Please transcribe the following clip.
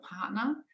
partner